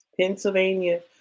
Pennsylvania